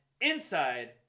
inside